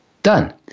Done